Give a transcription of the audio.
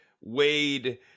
Wade